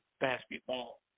basketball